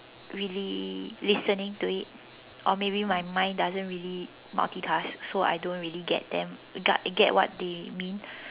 really listening to it or maybe my mind doesn't really multitask so I don't really get them gut get what they mean